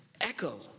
echo